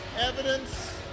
evidence